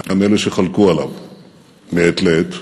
גם אלה שחלקו עליו מעת לעת,